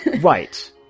Right